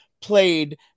played